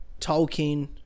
Tolkien